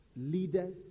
leaders